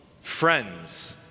friends